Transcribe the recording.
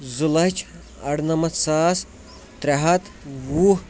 زٕ لَچھ اَڑنَمَتھ ساس ترٛےٚ ہَتھ وُہ